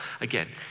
Again